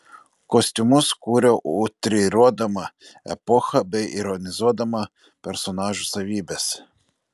kostiumus kūriau utriruodama epochą bei ironizuodama personažų savybes